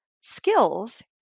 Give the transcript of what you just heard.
skills